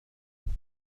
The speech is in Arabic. أفضل